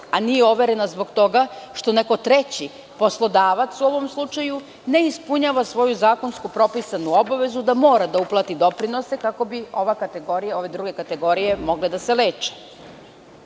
a nije overena zbog toga što neko treći, poslodavac u ovom slučaju, ne ispunjava svoju zakonski propisanu obavezu da mora da uplati doprinose kako bi ove kategorije mogle da se leče.